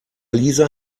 lisa